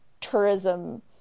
tourism